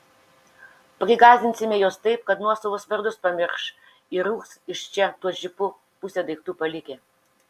prigąsdinsime juos taip kad nuosavus vardus pamirš ir rūks iš čia tuo džipu pusę daiktų palikę